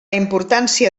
importància